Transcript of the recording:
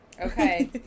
Okay